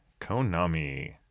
konami